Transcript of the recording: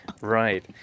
Right